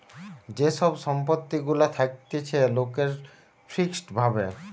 যে সব সম্পত্তি গুলা থাকতিছে লোকের ফিক্সড ভাবে